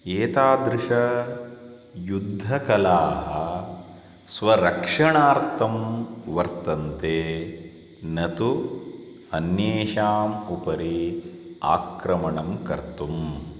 एतादृशयुद्धकलाः स्वरक्षणार्थं वर्तन्ते न तु अन्येषाम् उपरि आक्रमणं कर्तुम्